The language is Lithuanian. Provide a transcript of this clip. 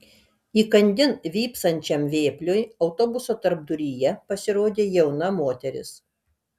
įkandin vypsančiam vėpliui autobuso tarpduryje pasirodė jauna moteris